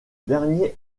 dernier